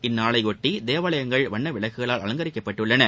இந்நாளையொட்டி தேவாலயங்கள் வண்ண விளக்குகளால் அலங்கரிக்கப்பட்டுள்ளன